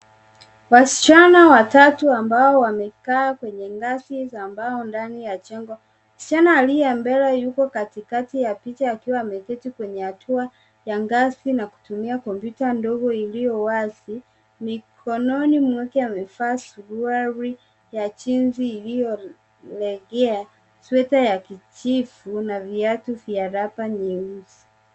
Wasichana watatu ambao wamekaa kwenye ngazi za mbao ndani ya jengo. Msichana aliye mbele yuko katikati ya picha wakiwa wameketi kwenye hatua ya ngazi na kutumia kompyuta ndogo iliyo wazi. Mikononi mwake amevaa suruali ya jeans iliyolegea, sweta ya kijivu na viatu vya raba nyeusi.